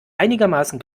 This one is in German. einigermaßen